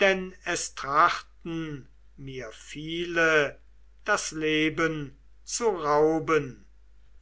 denn es trachten mir viele das leben zu rauben